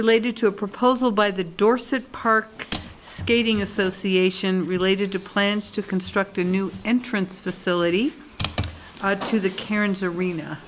related to a proposal by the dorset park skating association related to plans to construct a new entrance facility to the karen